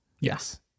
Yes